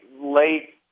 late